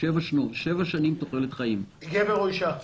גברים או נשים?